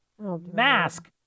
mask